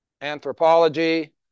anthropology